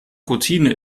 routine